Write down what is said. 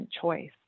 choice